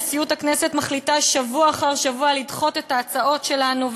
נשיאות הכנסת מחליטה שבוע אחר שבוע לדחות את ההצעות שלנו,